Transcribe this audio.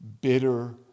Bitter